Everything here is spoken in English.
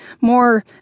more